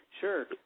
Sure